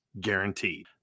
guaranteed